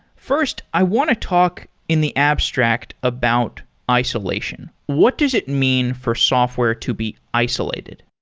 first, i want to talk in the abstract about isolation. what does it mean for software to be isolated?